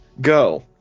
Go